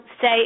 say